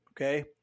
Okay